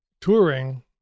touring